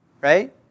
Right